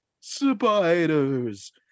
spiders